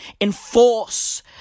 enforce